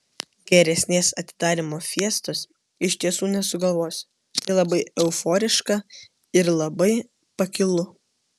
geresnės atidarymo fiestos iš tiesų nesugalvosi tai labai euforiška ir labai pakilu